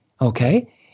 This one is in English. okay